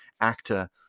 actor